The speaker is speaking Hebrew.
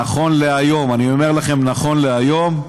נכון להיום, אני אומר לכם, נכון להיום,